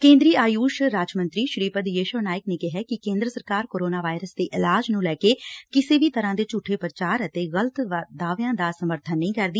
ਕੇਂਦਰੀ ਆਯੂਸ਼ ਰਾਜ ਮੰਤਰੀ ਸ੍ੀਪਦ ਯੇਸ਼ੋ ਨਾਇਕ ਨੇ ਕਿਹੈ ਕਿ ਕੇਂਦਰ ਸਰਕਾਰ ਕੋਰੋਨਾ ਵਾਇਰਸ ਦੇ ਇਲਾਜ ਨੂੰ ਲੈ ਕੇ ਕਿਸੇ ਵੀ ਤਰ੍ਹਾਂ ਦੇ ਝੂਠੇ ਪ੍ਚਾਰ ਅਤੇ ਗਲਤ ਦਾਵਿਆਂ ਦਾ ਸਮਰਥਨ ਨਹੀਂ ਕਰਦੀ